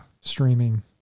streaming